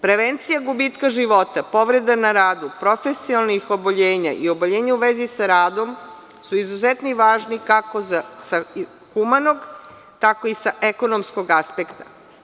Prevencija gubitka života, povreda na radu, profesionalnih oboljenja i oboljenja u vezi sa radom su izuzetno važni kako sa humanog, tako i sa ekonomskog aspekta.